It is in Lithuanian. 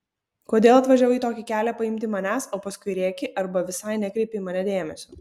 kodėl atvažiavai tokį kelią paimti manęs o paskui rėki arba visai nekreipi į mane dėmesio